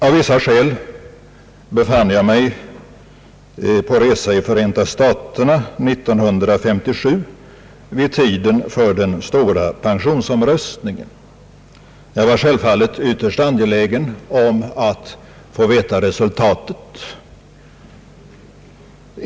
Av vissa skäl befann jag mig på resa i Förenta staterna år 1957 vid tiden för den stora pensionsomröstningen. Jag var självfallet ytterst angelägen att få veta resultatet.